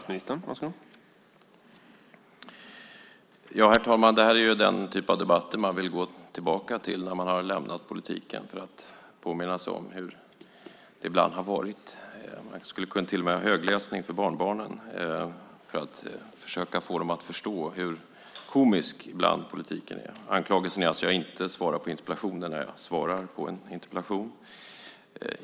Herr talman! Det här är den typ av debatter som man vill gå tillbaka till när man har lämnat politiken för att påminna sig om hur det ibland har varit. Jag skulle till och med kunna ha högläsning för barnbarnen för att försöka få dem att förstå hur komisk politiken är ibland. Anklagelsen är att jag inte svarar på interpellationer när jag svarar på en interpellation.